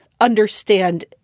understand